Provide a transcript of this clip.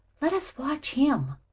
let us watch him.